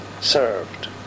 served